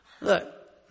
Look